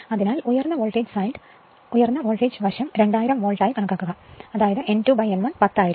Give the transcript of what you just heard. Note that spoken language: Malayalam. അതിനാൽ ഉയർന്ന വോൾട്ടേജ് സൈഡ് 2000 വോൾട്ട് ആയി കണക്കാക്കുക അതിനർത്ഥം N2 N1 10 ആയിരിക്കും